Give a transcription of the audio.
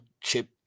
chip